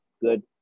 Good